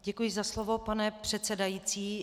Děkuji za slovo, pane předsedající.